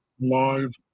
live